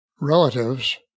relatives